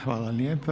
Hvala lijepa.